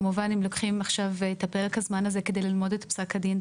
כמובן הם לוקחים עכשיו את פרק הזמן הזה כדי ללמוד את פסק הדין.